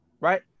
right